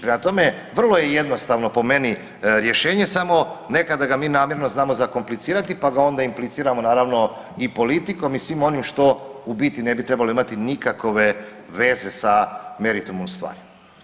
Prema tome, vrlo je jednostavno po meni rješenje, samo nekada ga mi namjerno znamo zakomplicirati pa ga onda impliciramo naravno i politikom i svim onim što u biti ne bi trebali imati nikakove veze sa meritumom stvari.